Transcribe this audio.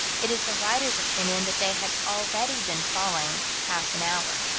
it is the writer's opinion that they had already been falling half an hour.